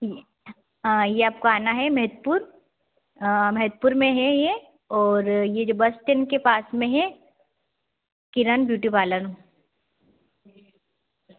ये आपको आना है महेतपुर महेतपुर में है ये और ये जो बस स्टैंड के पास में है किरण ब्यूटी पार्लर